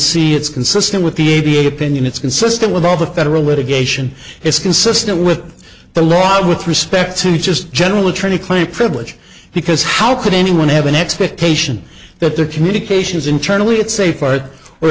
c it's consistent with the a b a opinion it's consistent with all the federal litigation it's consistent with the law with respect to just general attorney client privilege because how could anyone have an expectation that their communications internally at sa